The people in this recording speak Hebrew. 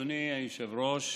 אדוני היושב-ראש,